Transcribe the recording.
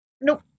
nope